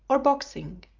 or boxing.